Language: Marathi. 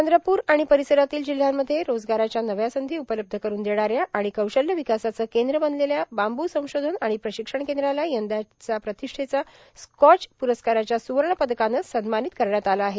चंद्रपूर आर्गण र्पारसरातील जिल्ह्यांमध्ये रोजगाराच्या नव्या संधी उपलब्ध करून देणाऱ्या आर्ाण कौशल्य ांवकासाचे कद्र बनलेल्या बांबू संशोधन आर्ाण प्रांशक्षण कद्राला यंदाचा प्रांतष्ठेच्या स्कॉच प्रस्काराच्या सुवण पदकाने सन्मार्मानत करण्यात आले आहे